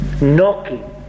knocking